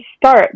start